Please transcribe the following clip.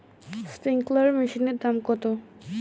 Sprinkler মেশিনের দাম কত?